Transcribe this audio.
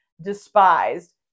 despised